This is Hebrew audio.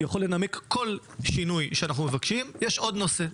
יכול לנמק כל שינוי שאנחנו מבקשים יש עוד נושא,